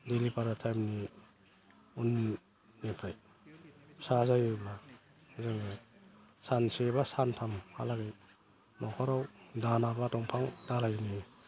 दिलिभारि टाइमनि उननिफ्राय फिसा जायोब्ला जोङो सानसे बा सानथामहालागै न'खराव दाना बा दंफां दालायनि